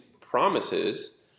promises